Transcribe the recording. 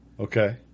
Okay